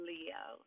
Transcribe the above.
Leo